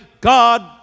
God